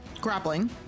grappling